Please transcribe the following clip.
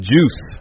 Juice